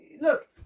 look